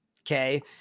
Okay